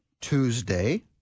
Tuesday